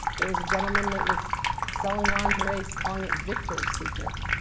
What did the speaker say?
there was a gentleman that was selling lingerie, calling it victor's secret.